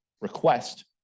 request